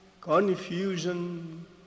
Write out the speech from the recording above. confusion